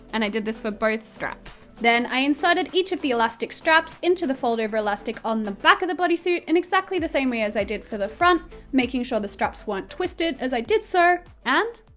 and i did this for both straps. then, i inserted each of the elastic straps into the fold-over elastic on the back of the bodysuit in exactly the same way as i did for the front making sure the straps weren't twisted as i did so and,